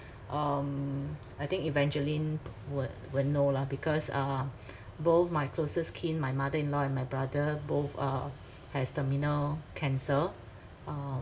um I think evangeline would will know lah because uh both my closest kin my mother in-law and my brother both uh has terminal cancer um